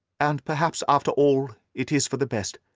and perhaps, after all, it is for the best.